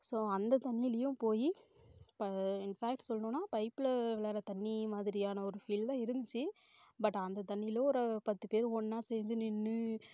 so அந்த தண்ணிலையும் போய் ப இன்ஃபேக்ட் சொல்லணுன்னா பைப்பில் விழுற தண்ணி மாதிரியான ஒரு ஃபீல் தான் இருந்துச்சு பட் அந்த தண்ணியிலும் ஒரு பத்து பேர் ஒன்றா சேர்ந்து நின்று